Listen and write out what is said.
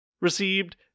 received